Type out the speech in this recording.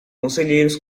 conselheiros